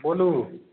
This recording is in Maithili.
बोलू